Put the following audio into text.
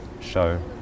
show